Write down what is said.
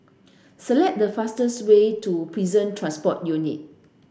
select the fastest way to Prison Transport Unit